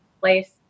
place